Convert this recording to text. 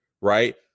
right